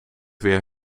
weer